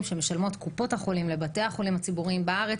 שמשלמות קופות החולים לבתי החולים הציבוריים בארץ.